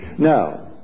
Now